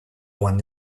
one